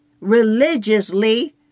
religiously